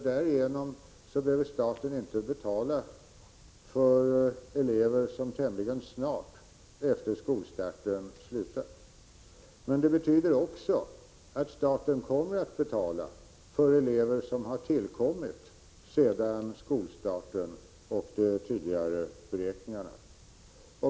Därigenom behöver staten inte betala för elever som slutar tämligen snart efter skolstarten. Det betyder också att staten kommer att betala för elever som har tillkommit sedan skolstarten och de tidigare beräkningarna.